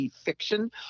Fiction